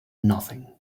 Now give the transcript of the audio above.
nothing